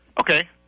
Okay